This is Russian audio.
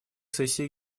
сессии